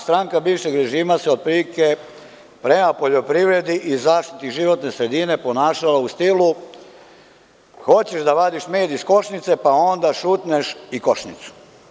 Stranka bivšeg režima se otprilike prema poljoprivredi i zašiti životne sredine ponašala u stilu – hoćeš da vadiš med iz košnice, pa onda šutneš i košnicu.